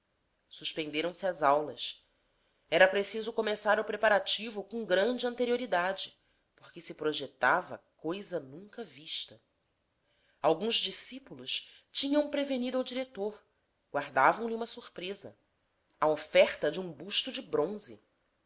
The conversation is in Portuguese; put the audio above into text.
coroas suspenderam se as aulas era preciso começar o preparativo com grande anterioridade porque se projetava